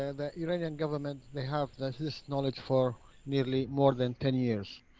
and the iranian government, they have this knowledge for nearly, more than ten years.